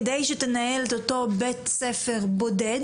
כדי שתנהל את אותו בית ספר בודד.